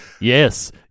Yes